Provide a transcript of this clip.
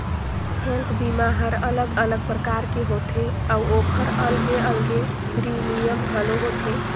health बीमा हर अलग अलग परकार के होथे अउ ओखर अलगे अलगे प्रीमियम घलो होथे